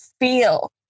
feel